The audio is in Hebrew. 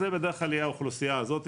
זה בדרך כלל יהיה האוכלוסייה הזאת,